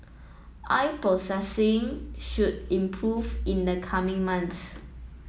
oil processing should improve in the coming month